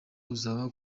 uzaba